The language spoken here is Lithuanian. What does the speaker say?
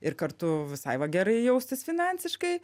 ir kartu visai va gerai jaustis finansiškai